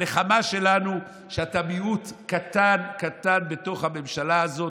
הנחמה שלנו היא שאתה מיעוט קטן קטן בתוך הממשלה הזאת,